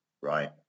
right